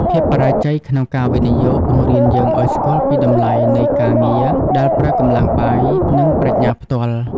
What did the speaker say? ភាពបរាជ័យក្នុងការវិនិយោគ បង្រៀនយើងឱ្យស្គាល់ពីតម្លៃនៃ "ការងារដែលប្រើកម្លាំងបាយ និងប្រាជ្ញាផ្ទាល់"។